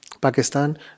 Pakistan